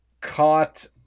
caught